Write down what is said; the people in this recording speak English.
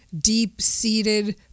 deep-seated